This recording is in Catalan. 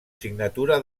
signatura